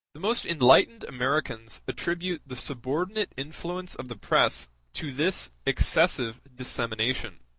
the most enlightened americans attribute the subordinate influence of the press to this excessive dissemination